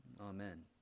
Amen